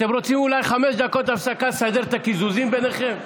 אתם רוצים אולי חמש דקות הפסקה לסדר את הקיזוזים ביניכם?